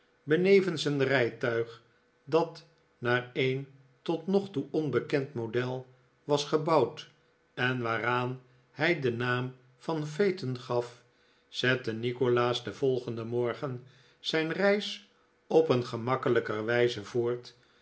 benevens een rijtuig dat naar een tot nog toe onbekend model was gebouwd en waaraan hij den naam van phaeton gaf zette nikolaas den volgenden rhorgen zijn reis op een gemakkelijker wijze voort